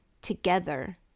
together